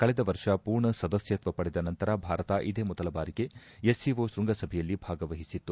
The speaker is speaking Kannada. ಕಳೆದ ವರ್ಷ ಪೂರ್ಣ ಸದಸ್ಕತ್ವ ಪಡೆದ ನಂತರ ಭಾರತ ಇದೇ ಮೊದಲ ಬಾರಿಗೆ ಎಸ್ ಸಿಒ ಶೃಂಗಸಭೆಯಲ್ಲಿ ಭಾಗವಹಿಸಿತ್ತು